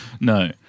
No